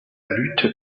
lutte